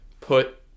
put